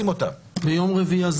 ביום שלישי הזה